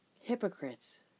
Hypocrites